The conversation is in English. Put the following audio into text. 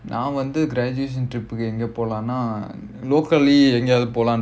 நான் வந்து:naan vandhu graduation trip எங்க போலாம்னா:enga polaamnaa locally எங்கயாவது போலாம்:engayaavadhu polaam